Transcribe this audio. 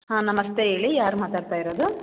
ಹಾಂ ನಮಸ್ತೆ ಹೇಳಿ ಯಾರು ಮಾತಾಡ್ತಾ ಇರೋದು